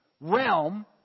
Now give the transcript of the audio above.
realm